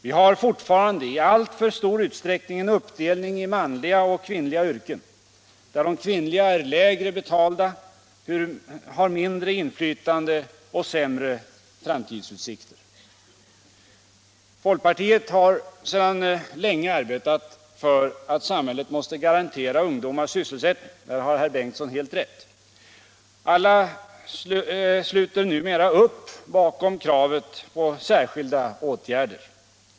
Vi har fortfarande i alltför stor utsträckning en uppdelning i manliga och kvinnliga yrken, där de kvinnliga är lägre betalda, har mindre inflytande och sämre framtidsutsikter. 33 Folkpartiet har sedan länge arbetat för att samhället måste garantera ungdomarna sysselsättning — där har herr Bengtsson helt rätt. Alla sluter numera upp bakom kravet på särskilda åtgärder.